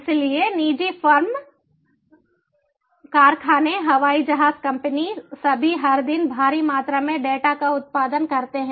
इसलिए निजी फर्म कारखाने हवाई जहाज कंपनियां सभी हर दिन भारी मात्रा में डेटा का उत्पादन करते हैं